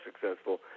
successful